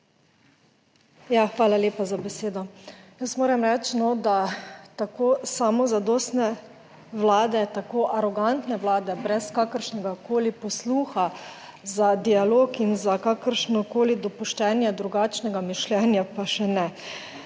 hvala lepa za besedo! Jaz moram reči, da tako samozadostne vlade, tako arogantne Vlade, brez kakršnegakoli posluha za dialog in za kakršnokoli dopuščanje drugačnega mišljenja pa še ne!